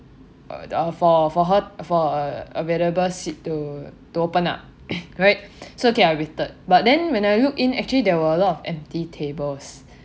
uh for for her for a available seat to to open right so okay I've waited but then when I look in actually there were a lot of empty tables